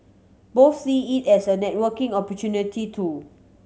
both see it as a networking opportunity too